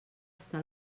està